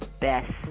best